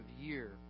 year